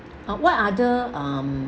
uh what other um